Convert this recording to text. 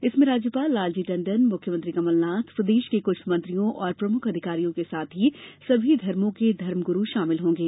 इसमें राज्यपाल लालजी टंडन मुख्यमंत्री कमलनाथ प्रदेष के क्छ मंत्रियों और प्रमुख अधिकारियों के साथ ही सभी धर्मो के धर्म ग्रू षामिल होंगे